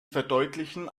verdeutlichen